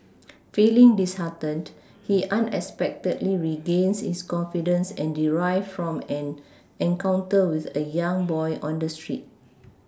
feeling disheartened he unexpectedly regains his confidence and drive from an encounter with a young boy on the street